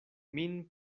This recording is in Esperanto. min